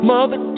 Mother